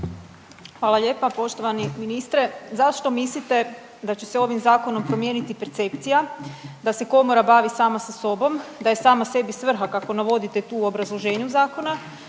Hvala lijepa. Poštovani ministre zašto mislite da će se ovim zakonom promijeniti percepcija da se komora bavi sama sa sobom, da je sama sebi svrha kako navodite tu obrazloženju zakona,